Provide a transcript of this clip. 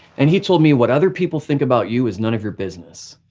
and he told me what other people think about you is none of your business.